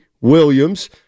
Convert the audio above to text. Williams